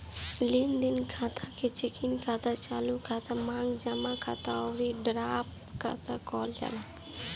लेनदेन खाता के चेकिंग खाता, चालू खाता, मांग जमा खाता अउरी ड्राफ्ट खाता कहल जाला